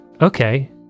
okay